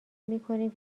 میکنیم